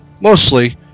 mostly